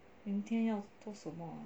明天要做什么